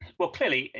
well, clearly,